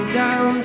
down